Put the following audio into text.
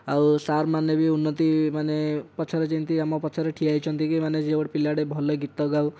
ଆଉ ସାର୍ମାନେ ଭି ଉନ୍ନତି ମାନେ ପଛରେ ଯେମିତି ଆମ ପଛରେ ଠିଆ ହେଇଛନ୍ତିକି ଯେ ଗୋଟେ ପିଲାଟିଏ ଭଲ ଗୀତ ଗାଉ